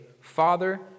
Father